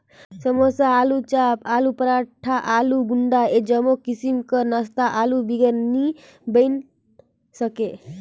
समोसा, आलूचाप, आलू पराठा, आलू गुंडा ए जम्मो किसिम कर नास्ता आलू बिगर नी बइन सके